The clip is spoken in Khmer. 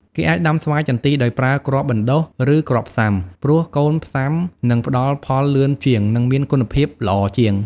គេអាចដាំស្វាយចន្ទីដោយប្រើ គ្រាប់បណ្តុះ ឬ កូនផ្សាំ ព្រោះកូនផ្សាំនឹងផ្តល់ផលលឿនជាង និងមានគុណភាពល្អជាង។